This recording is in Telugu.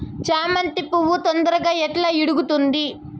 చామంతి పువ్వు తొందరగా ఎట్లా ఇడుగుతుంది?